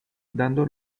dando